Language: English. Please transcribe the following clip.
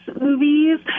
movies